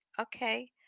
Okay